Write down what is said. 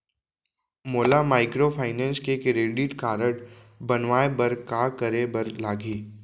मोला माइक्रोफाइनेंस के credit card बनवाए बर का करे बर लागही?